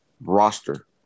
roster